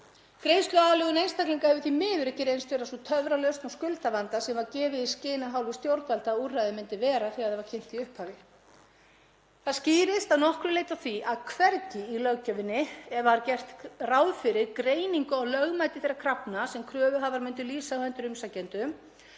Greiðsluaðlögun einstaklinga hefur því miður ekki reynst vera sú töfralausn á skuldavanda sem var gefið í skyn af hálfu stjórnvalda að úrræðið yrði þegar það var kynnt í upphafi. Það skýrist að nokkru leyti af því að hvergi í löggjöfinni er gert ráð fyrir greiningu á lögmæti þeirra krafna sem kröfuhafar myndu lýsa á hendur umsækjendum.